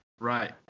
Right